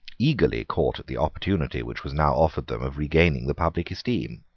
eagerly caught at the opportunity which was now offered them of regaining the public esteem.